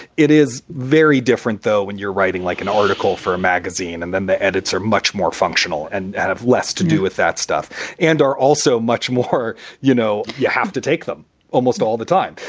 it is very different, though, when you're writing like an article for a magazine and then the edits are much more functional and have less to do with that stuff and are also much more. you know, you have to take them almost all the time,